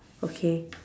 okay